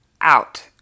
out